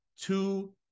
two